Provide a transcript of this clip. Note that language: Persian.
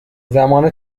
زمان